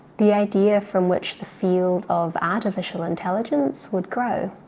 the idea from which the field of artificial intelligence would grow.